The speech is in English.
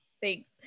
Thanks